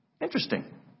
Interesting